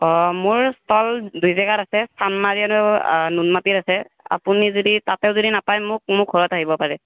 অঁ মোৰ ষ্ট'ল দুই জেগাত আছে চানমাৰি আৰু নুনমাটিত আছে আপুনি যদি তাতেও যদি নাপায় মোক মোৰ ঘৰত আহিব পাৰে